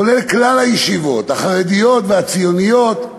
כולל כלל הישיבות, החרדיות והציוניות,